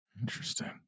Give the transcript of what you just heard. interesting